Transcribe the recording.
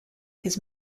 his